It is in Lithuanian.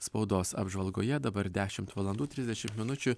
spaudos apžvalgoje dabar dešimt valandų trisdešim minučių